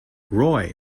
roy